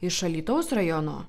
iš alytaus rajono